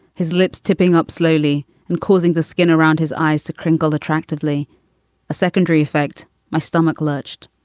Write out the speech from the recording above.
his lips tipping up slowly and causing the skin around his eyes to crinkle attractively a secondary effect. my stomach lurched.